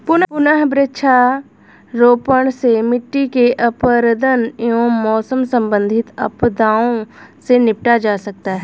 पुनः वृक्षारोपण से मिट्टी के अपरदन एवं मौसम संबंधित आपदाओं से निपटा जा सकता है